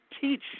teach